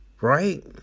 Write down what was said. right